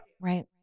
Right